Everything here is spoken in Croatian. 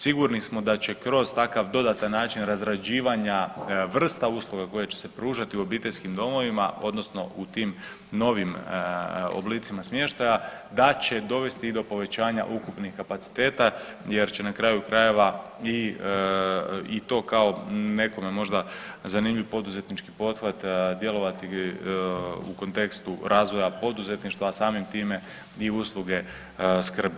Sigurni smo da će kroz takav dodatni način razrađivanja vrsta usluga koje će se pružati u obiteljskim domovima odnosno u tim novim oblicima smještaja da će dovesti i do povećanja ukupnih kapaciteta jer će na kraju krajeva i to kao nekome zanimljiv poduzetnički pothvat djelovati u kontekstu razvoja poduzetništva, a samim time i usluge skrbi.